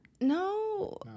No